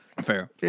Fair